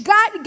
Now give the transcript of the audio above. God